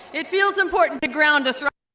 it feels important to ground us right